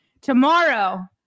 tomorrow